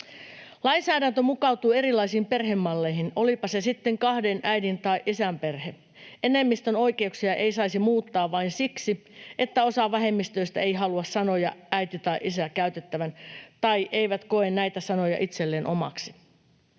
Lainsäädäntö mukautuu erilaisiin perhemalleihin, olipa se sitten kahden äidin tai isän perhe. Enemmistön oikeuksia ei saisi muuttaa vain siksi, että osa vähemmistöstä ei halua sanoja ”äiti” tai ”isä” käytettävän tai ei koe näitä sanoja itselleen omaksi.